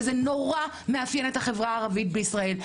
וזה נורא מאפיין את החברה הערבית בישראל.